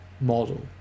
model